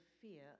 fear